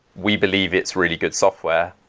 we believe it's really good software.